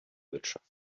wirtschaft